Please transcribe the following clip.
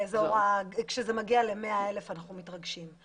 כשזה מגיע ל-100,000 אנחנו מתרגשים.